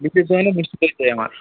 বিশেষ ধরনের মিষ্টি দই চাই আমার